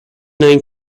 nine